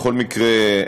בכל מקרה,